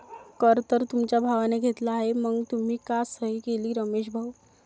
कर तर तुमच्या भावाने घेतला आहे मग तुम्ही का सही केली रमेश भाऊ?